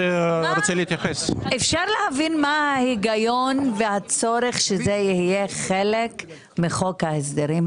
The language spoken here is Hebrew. אפשר לבין מה ההיגיון והצורך שזה יהיה חלק מחוק ההסדרים?